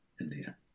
India